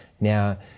Now